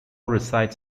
resides